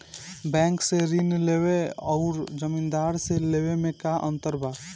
Bank से ऋण लेवे अउर जमींदार से लेवे मे का अंतर बा?